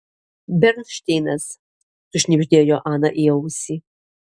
bernšteinas sušnibždėjo ana į ausį